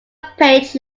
page